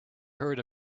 heard